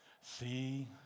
see